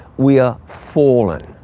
we are fallen.